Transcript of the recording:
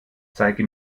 zeige